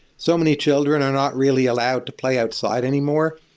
so many children are not really allowed to play outside anymore.